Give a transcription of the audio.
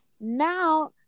Now